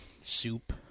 soup